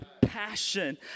passion